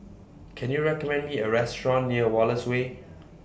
Can YOU recommend Me A Restaurant near Wallace Way